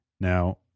Now